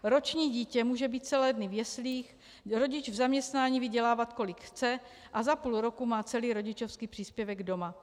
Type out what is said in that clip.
Roční dítě může být celé dny v jeslích, rodič v zaměstnání vydělávat, kolik chce, a za půl roku má celý rodičovský příspěvek doma.